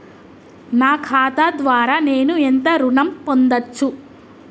నా ఖాతా ద్వారా నేను ఎంత ఋణం పొందచ్చు?